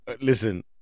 listen